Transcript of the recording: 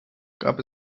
gab